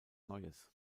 neues